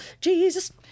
Jesus